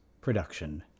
production